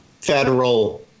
federal